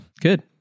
Good